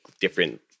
different